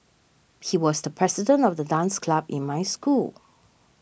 he was the president of the dance club in my school